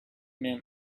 men